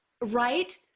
Right